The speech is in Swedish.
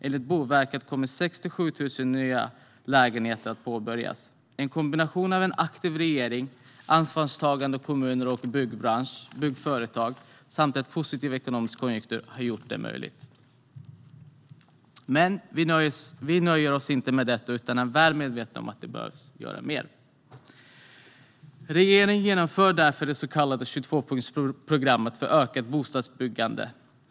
Enligt Boverket kommer 67 000 nya lägenheter att påbörjas. En kombination av en aktiv regering och ansvarstagande bland kommuner och byggföretag samt en positiv ekonomisk konjunktur har gjort detta möjligt. Men vi nöjer oss inte med detta utan är väl medvetna om att det behöver göras mer. Regeringen genomför därför det så kallade 22-punktsprogrammet för ökat bostadsbyggande.